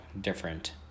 different